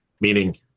Meaning